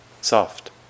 soft